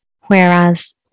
Whereas